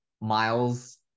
Miles